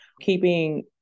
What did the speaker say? Keeping